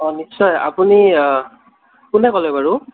অঁ নিশ্চয় আপুনি কোনে ক'লে বাৰু